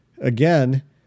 again